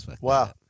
Wow